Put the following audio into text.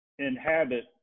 inhabit